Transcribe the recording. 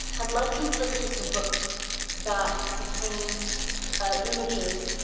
i'd like to refer you to some books that contain ah images,